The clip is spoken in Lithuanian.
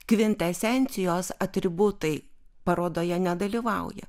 kvintesencijos atributai parodoje nedalyvauja